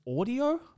audio